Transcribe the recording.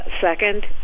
Second